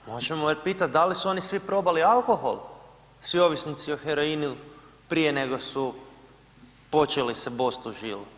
Možemo ih pitat da li su oni svi probali alkohol, svi ovisnici o heroinu prije nego su počeli se bost u žilu?